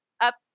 up